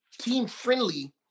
team-friendly